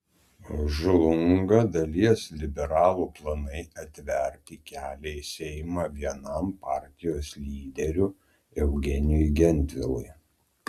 žlunga dalies liberalų planai atverti kelią į seimą vienam partijos lyderių eugenijui gentvilui